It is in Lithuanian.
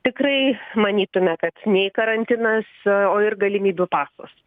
tikrai manytume kad nei karantinas o ir galimybių pasas